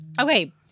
Okay